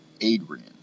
Adrian